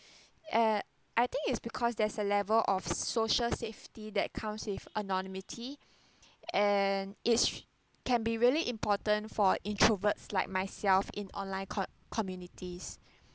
at I think it's because there's a level of social safety that comes with anonymity and it's can be really important for introverts like myself in online com~ communities